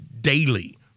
daily